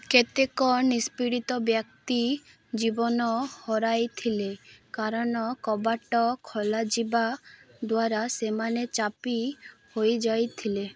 କେତେକ ନିଷ୍ପୀଡ଼ିତ ବ୍ୟକ୍ତି ଜୀବନ ହରାଇଥିଲେ କାରଣ କବାଟ ଖୋଲାଯିବା ଦ୍ୱାରା ସେମାନେ ଚାପି ହୋଇଯାଇଥିଲେ